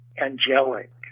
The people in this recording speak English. angelic